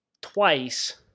twice